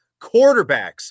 quarterbacks